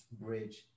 bridge